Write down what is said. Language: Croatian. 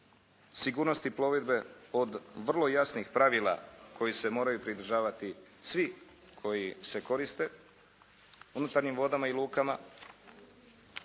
sigurnosti plovidbe, od vrlo jasnih pravila kojih se moraju pridržavati svi koji se koriste unutarnjih vodama i lukama.